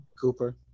Cooper